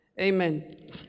amen